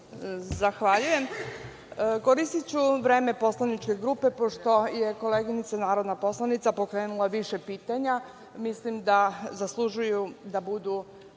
Zahvaljujem. Koristiću vreme Poslaničke grupe, pošto je koleginica narodna poslanica pokrenula više pitanja. Mislim da zaslužuju da budu